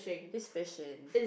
he's fishing